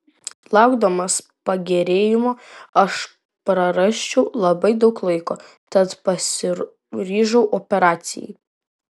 laukdamas pagerėjimo aš prarasčiau labai daug laiko tad pasiryžau operacijai